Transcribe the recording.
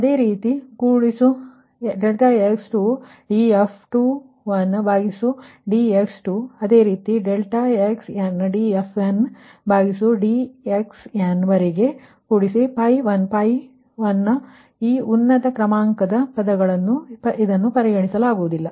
ಅದೇ ರೀತಿ Plus ∆x2df21dx2 ಅದೇ ರೀತಿ ∆xndfndxn ವರೆಗೆ ಕೂಡಿಸು 𝛹1 𝛹1 ಇದು ಉನ್ನತ ಕ್ರಮಾ0ಕದ ಪದಗಳು ಇದನ್ನು ಪರಿಗಣಿಸುವುದಿಲ್ಲ